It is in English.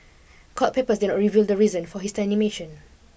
court papers did not reveal the reason for his termination